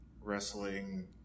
wrestling